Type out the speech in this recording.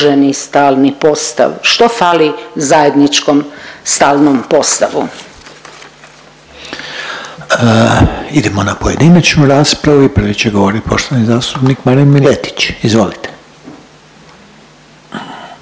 stalni postav, što fali zajedničkom stalnom postavu? **Reiner, Željko (HDZ)** Idemo na pojedinačnu raspravu i prvi će govorit poštovani zastupnik Marin Miletić. Izvolite.